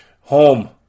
Home